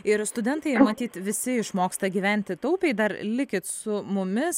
ir studentai matyt visi išmoksta gyventi taupiai dar likit su mumis